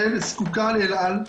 זקוקה לאל על,